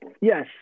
Yes